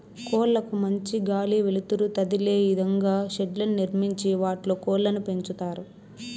కోళ్ళ కు మంచి గాలి, వెలుతురు తదిలే ఇదంగా షెడ్లను నిర్మించి వాటిలో కోళ్ళను పెంచుతారు